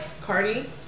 Cardi